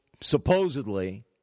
supposedly